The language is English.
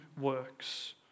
works